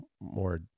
more